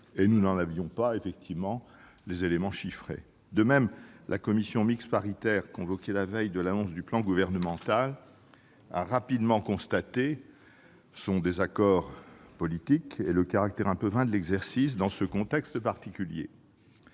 que nous ne disposions d'aucun élément chiffré. De même, la commission mixte paritaire, convoquée la veille de l'annonce du plan gouvernemental, a rapidement constaté son désaccord politique et le caractère un peu vain de l'exercice dans ce contexte particulier.